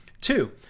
two